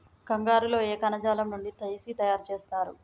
కంగారు లో ఏ కణజాలం నుండి తీసి తయారు చేస్తారు?